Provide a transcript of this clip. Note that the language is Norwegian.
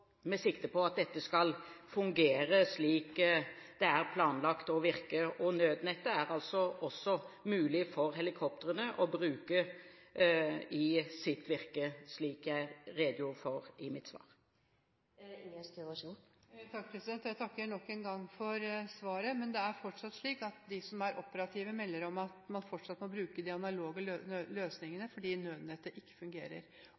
med sikte på at dette skal fungere slik det er planlagt å virke. Nødnettet er også mulig å bruke fra helikoptrene, slik jeg redegjorde for i mitt svar. Jeg takker nok en gang for svaret, men det er fortsatt slik at de som er operative, melder om at man fortsatt må bruke de analoge løsningene fordi nødnettet ikke fungerer.